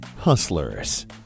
Hustlers